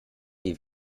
die